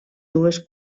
dues